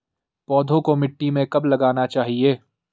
पौधों को मिट्टी में कब लगाना चाहिए?